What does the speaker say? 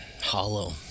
hollow